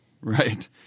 Right